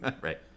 Right